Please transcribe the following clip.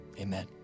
Amen